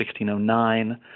1609